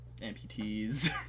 amputees